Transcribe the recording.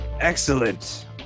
Excellent